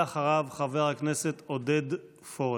ואחריו חבר הכנסת עודד פורר.